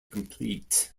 complete